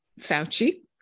fauci